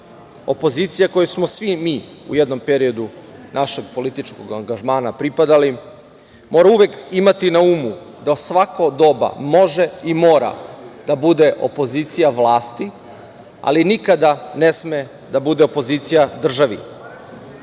Opozicija kojoj smo svi mi u jednom periodu našeg političkog angažmana pripadali mora uvek imati na umu da svako doba može i mora da bude opozicija vlasti, ali nikada ne sme da bude opozicija državi. Danas